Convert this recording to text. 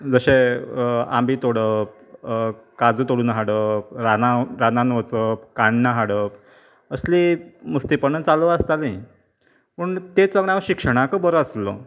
जशे आंबे तोडप काजू तोडून हाडप रानाव् रानांत वचप काण्णां हाडप असले मस्तीपणां चालू आसतालीं पूण तें चम् हांव शिक्षणाकूय बरो आसल्लो